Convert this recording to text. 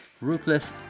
Ruthless